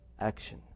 action